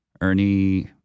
Ernie